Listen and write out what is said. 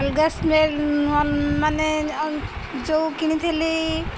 ଅଲଗା ସ୍ମେଲ୍ ମାନେ ଯେଉଁ କିଣିଥିଲି